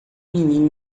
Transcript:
menino